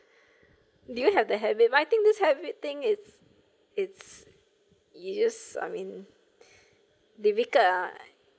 do you have the habit I think this habit thing is it's it just I mean difficult lah